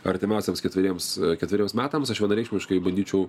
artimiausiems ketveriems ketveriems metams aš vienareikšmiškai bandyčiau